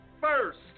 first